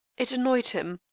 it annoyed him.